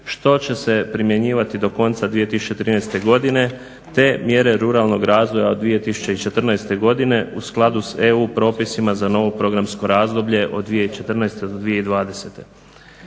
što će se primjenjivati do konca 2013.godine te mjere ruralnog razvoja do 2014.godine u skladu sa EU propisima za novo programsko razdoblje od 2014.do 2020.